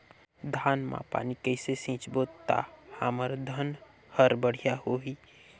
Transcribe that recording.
धान मा पानी कइसे सिंचबो ता हमर धन हर बढ़िया होही?